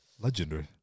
legendary